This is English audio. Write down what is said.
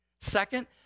second